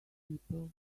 people